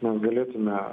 mes galėtume